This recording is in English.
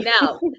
Now